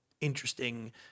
interesting